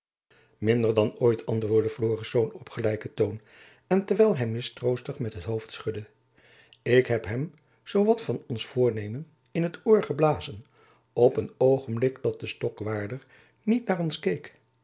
minder dan ooit antwoordde florisz op gelijken toon en terwijl hy mistroostig met het hoofd schudde ik heb hem zoo wat van ons voornemen in t oor geblazen op een oogenblik dat de stokwaarder niet naar ons keek